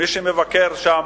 מי שמבקר שם,